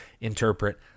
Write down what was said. interpret